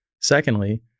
Secondly